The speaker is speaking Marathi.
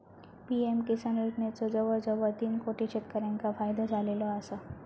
पी.एम किसान योजनेचो जवळजवळ तीन कोटी शेतकऱ्यांका फायदो झालेलो आसा